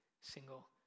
single